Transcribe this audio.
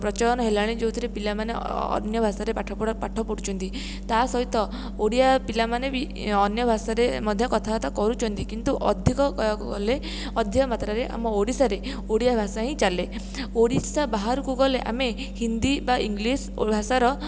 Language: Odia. ପ୍ରଚଳନ ହେଲାଣି ଯେଉଁଥିରେ ପିଲାମାନେ ଅନ୍ୟ ଭାଷାରେ ପଢ଼ୁଛନ୍ତି ତାସହିତ ଓଡ଼ିଆ ପିଲାମାନେ ବି ଅନ୍ୟ ଭାଷାରେ ମଧ୍ୟ କଥାବାର୍ତ୍ତା କରୁଛନ୍ତି କିନ୍ତୁ ଅଧିକ କହିବାକୁ ଗଲେ ଅଧିକା ମାତ୍ରାରେ ଆମ ଓଡ଼ିଶାରେ ଓଡ଼ିଆ ଭାଷା ହିଁ ଚାଲେ ଓଡ଼ିଶା ବାହାରକୁ ଗଲେ ଆମେ ହିନ୍ଦୀ ବା ଇଂଲିଶ ଭାଷାର